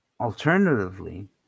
Alternatively